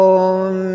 om